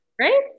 right